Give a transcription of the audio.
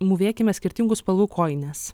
mūvėkime skirtingų spalvų kojines